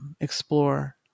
explore